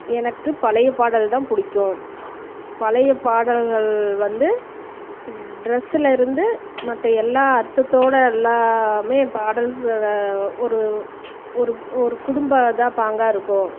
எனக்கு பழைய பாடல் தான் பிடிக்கும் பழைய பாடல்கள் வந்து டிரெஸுசில் இருந்து மற்ற எல்லா அர்த்தத்தோடு எல்லாமே பாடல்ஸ்ஸோடு ஒரு ஒரு ஒரு குடும்ப இதாக பங்காக இருக்கும்